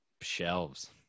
shelves